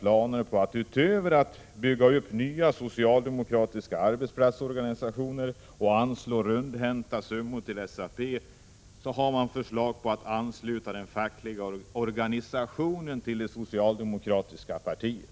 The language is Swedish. Utöver att man planerar att bygga upp nya socialdemokratiska arbetsplatsorganisationer och anslå rundhänta summor till SAP, finns det färdiga planer på att ansluta den fackliga organisationen till Prot. 1986/87:46 det socialdemokratiska partiet.